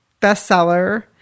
bestseller